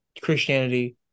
christianity